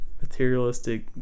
materialistic